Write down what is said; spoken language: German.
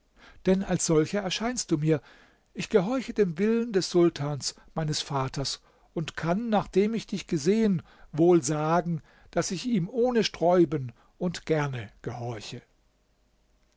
denn als solcher erscheinst du mir ich gehorche dem willen des sultans meines vaters und kann nachdem ich dich gesehen wohl sagen daß ich ihm ohne sträuben und gerne gehorche